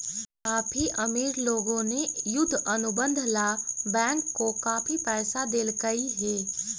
काफी अमीर लोगों ने युद्ध अनुबंध ला बैंक को काफी पैसा देलकइ हे